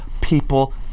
people